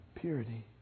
Purity